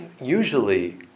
Usually